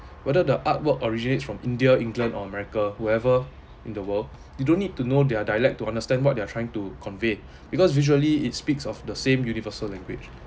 whether the artwork originates from india england america whoever in the world you don't need to know their dialect to understand what they are trying to convey because visually it speaks of the same universal language